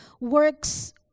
works